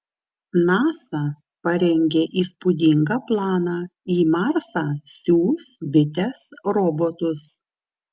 nasa parengė įspūdingą planą į marsą siųs bites robotus